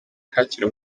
kacyiru